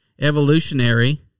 evolutionary